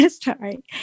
Sorry